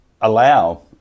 allow